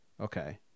Okay